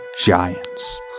giants